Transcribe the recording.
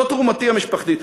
זאת תרומתי המשפחתית.